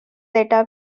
zeta